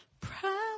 proud